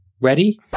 Ready